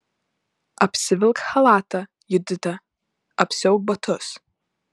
apsivilk chalatą judita apsiauk batus